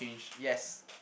yes